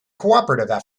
cooperative